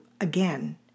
again